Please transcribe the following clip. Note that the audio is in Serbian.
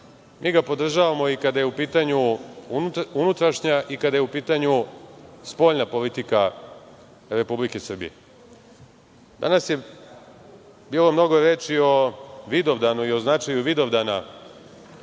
Mi ga podražavamo i kada je u pitanju unutrašnja i kada je u pitanju spoljna politika Republike Srbije. Danas je bilo mnogo reči o Vidovdanu i značaju Vidovdana